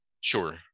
Sure